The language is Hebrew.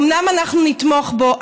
אומנם אנחנו נתמוך בו,